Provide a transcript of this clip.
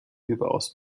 überaus